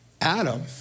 Adam